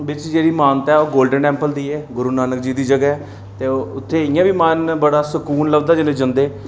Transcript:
बिच जेह्ड़ी मानता ऐ ओह् गोल्डन टैम्पल दी ऐ गुरू नानक जी दी जगह् ऐ ते उत्थै इ'यां मन बड़ा सुकून लभदा जिसलै जंदे